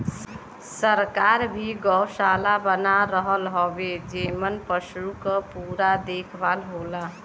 सरकार भी गौसाला बना रहल हउवे जेमन पसु क पूरा देखभाल होला